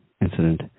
incident